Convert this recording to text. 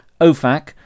OFAC